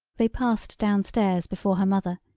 they passed downstairs before her mother,